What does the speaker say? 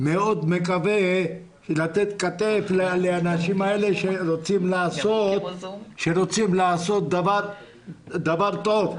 אני מאוד מקווה לתת כתף לאנשים האלה שרוצים לעשות דבר טוב.